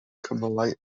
cymylau